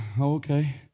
okay